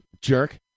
Jerk